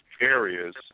areas